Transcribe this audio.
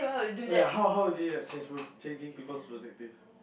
ya how how do you like change changing people's perspective